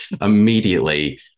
immediately